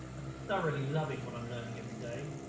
i'm thoroughly loving what i'm learning every day.